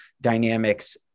dynamics